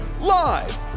Live